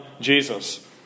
Jesus